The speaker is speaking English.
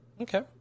Okay